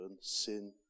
Sin